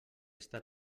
està